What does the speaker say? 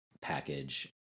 package